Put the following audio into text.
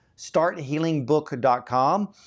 StartHealingBook.com